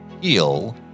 Heal